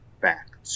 back